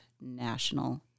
national